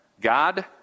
God